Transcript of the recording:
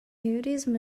nudism